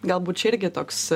galbūt čia irgi toks